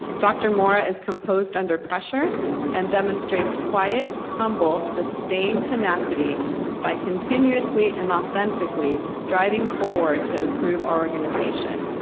dr. mora is composed under pressure and demonstrates quiet, humble, sustained tenacity by continuously and authentically driving forward to improve our organization.